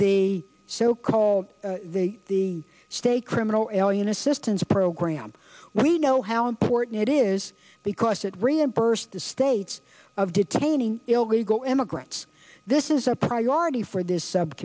the so called the the state criminal alien assistance program where we know how important it is because it reimbursed the states of detainees illegal immigrants this is a priority for this sub